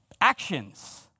actions